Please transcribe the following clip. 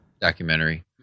documentary